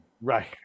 Right